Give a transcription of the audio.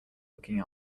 looking